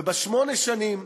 ובשמונה שנים,